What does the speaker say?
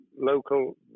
local